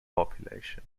population